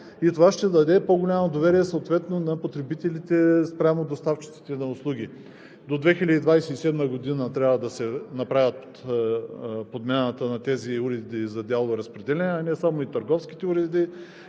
и това ще даде по-голямо доверие съответно на потребителите спрямо доставчиците на услуги. До 2027 г. трябва да се направи подмяната на тези уреди за дялово разпределение, а не само търговските уреди,